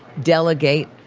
delegate,